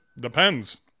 Depends